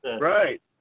Right